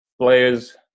players